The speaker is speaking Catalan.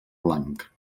blanc